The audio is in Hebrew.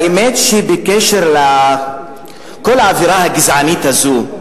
האמת שבקשר לכל האווירה הגזענית הזאת,